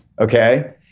Okay